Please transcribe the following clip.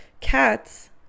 cats